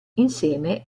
insieme